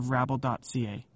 Rabble.ca